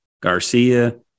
Garcia